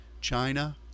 China